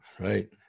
Right